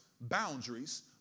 boundaries